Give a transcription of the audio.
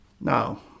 Now